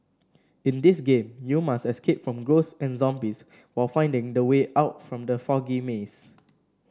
in this game you must escape from ghosts and zombies while finding the way out from the foggy maze